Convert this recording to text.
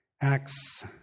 Acts